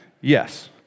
Yes